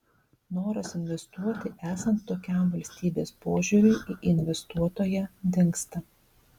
noras investuoti esant tokiam valstybės požiūriui į investuotoją dingsta